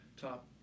top